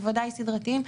בוודאי סדרתיים,